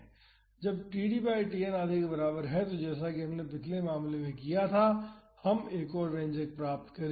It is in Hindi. तो जब td बाई Tn आधे के बराबर है जैसा कि हमने पिछले मामले में किया था तो हम एक और व्यंजक प्राप्त करेंगे